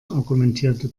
argumentierte